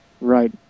Right